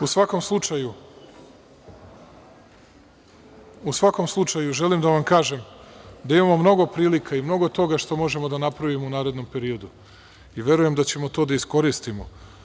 U svakom slučaju, želim da vam kažem, da imamo mnogo prilika i mnogo toga što možemo da napravimo u narednom periodu i verujem da ćemo to da iskoristimo.